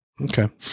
Okay